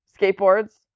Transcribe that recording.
skateboards